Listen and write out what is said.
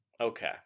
Okay